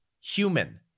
human